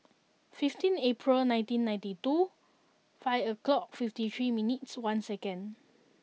fifteen April nineteen ninety two five o'clock fifty three minutes one seconds